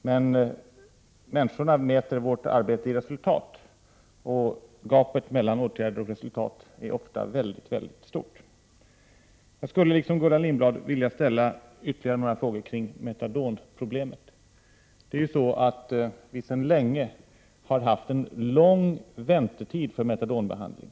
Men människorna mäter vårt arbete i resultat, och gapet mellan åtgärder och resultat är ofta mycket stort. Jag skulle, liksom Gullan Lindblad, vilja ställa ytterligare några frågor kring metadonproblemet. Sedan länge har det nämligen varit en lång väntetid för metadonbehandling.